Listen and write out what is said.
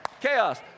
Chaos